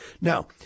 Now